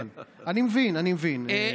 אני מבין, אני מבין.